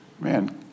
Man